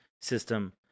system